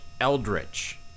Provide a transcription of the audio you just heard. Eldritch